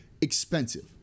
expensive